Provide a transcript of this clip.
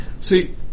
See